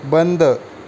बंद